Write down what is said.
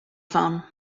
phone